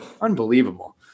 Unbelievable